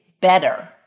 better